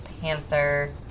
Panther